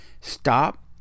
Stop